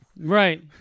Right